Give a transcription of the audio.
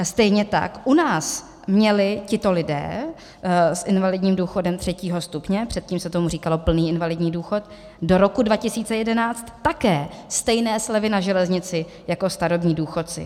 Stejně tak u nás měli tito lidé s invalidním důchodem třetího stupně, předtím se tomu říkalo plný invalidní důchod, do roku 2011 také stejné slevy na železnici jako starobní důchodci.